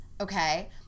okay